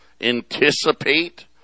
anticipate